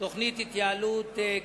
כאן הלילה ברוב קול